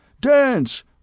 Dance